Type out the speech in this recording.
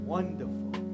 Wonderful